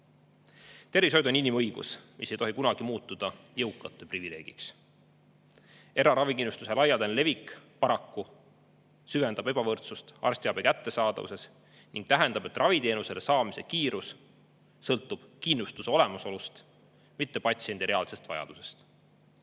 Tervishoid on inimõigus, mis ei tohi kunagi muutuda jõukate privileegiks. Eraravikindlustuse laialdane levik paraku süvendab ebavõrdsust arstiabi kättesaadavuses ning tähendab, et raviteenuse saamise kiirus sõltub kindlustuse olemasolust, mitte patsiendi reaalsest vajadusest.